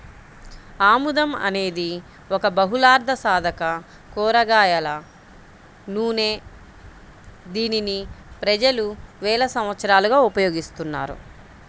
ఆముదం అనేది ఒక బహుళార్ధసాధక కూరగాయల నూనె, దీనిని ప్రజలు వేల సంవత్సరాలుగా ఉపయోగిస్తున్నారు